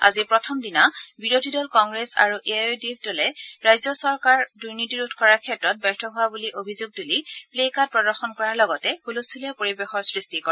আজি প্ৰথম দিনা বিৰোধী দল কংগ্ৰেছ আৰু A I U D F ৰাজ্য চৰকাৰ দুৰ্নীতিৰোধ কৰাৰ ক্ষেত্ৰত ব্যৰ্থ হোৱা বুলি অভিযোগ তুলি প্লেকাৰ্ড প্ৰদৰ্শন কৰাৰ লগতে হলস্থূলীয়া পৰিবেশৰ সৃষ্টি কৰে